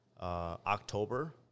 October